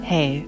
Hey